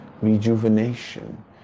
rejuvenation